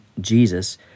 Jesus